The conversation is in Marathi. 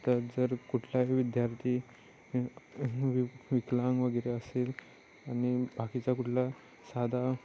तर जर कुठलाही विद्यार्थी विकलांग वगैरे असेल आणि बाकीचा कुठला साधा